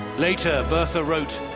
later bertha wrote,